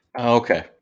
Okay